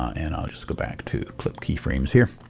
and i'll just go back to clip keyframes here.